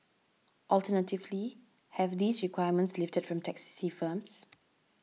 alternatively have these requirements lifted from taxi firms